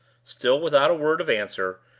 still, without a word of answer,